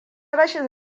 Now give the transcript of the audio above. rashin